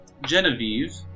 Genevieve